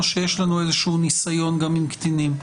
או שיש לנו איזשהו ניסיון גם עם קטינים?